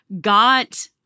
got—